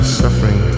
suffering